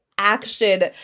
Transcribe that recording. Action